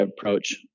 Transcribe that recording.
approach